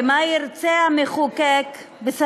ומה ירצה המחוקק הוא מבין מייד.